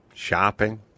Shopping